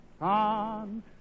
on